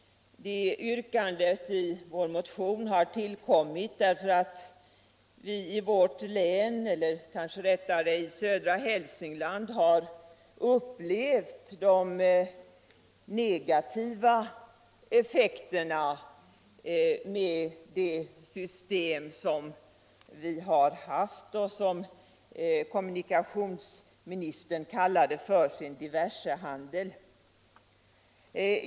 Det yrkandet i vår motion har tillkommit därför att vi i södra Hälsingland har upplevt de negativa effekterna av det system som vi har och som kommunikationsministern kallade för sin diversehandel.